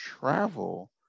travel